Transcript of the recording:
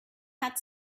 had